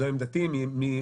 זו עמדתי מימים ימימה.